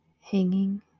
hanging